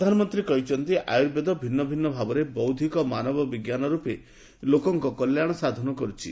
ପ୍ରଧାନମନ୍ତ୍ରୀ କହିଛନ୍ତି ଆୟୁର୍ବେଦ ଭିନ୍ନ ଭିନ୍ନ ଭାବରେ ବୌଦ୍ଧିକ ମାନବ ବିଜ୍ଞାନ ରୂପେ ଲୋକଙ୍କ କଲ୍ୟାଣ ସାଧନ କର୍ୁଛି